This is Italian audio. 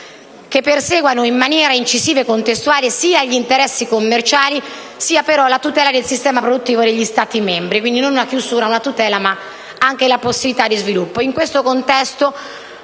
che perseguano in maniera incisiva e contestuale sia gli interessi commerciali sia la tutela del sistema produttivo degli Stati membri. Quindi, non una chiusura e una tutela, ma anche la possibilità di sviluppo.